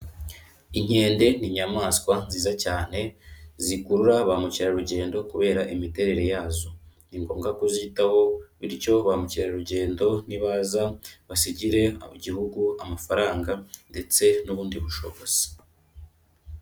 Inkende ni inyamaswa nziza cyane, zikurura bamukerarugendo kubera imiterere yazo. Ni ngombwa kuzitaho bityo bamukerarugendo nibaza basigire igihugu amafaranga ndetse n'ubundi bushobozi.